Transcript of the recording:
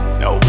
no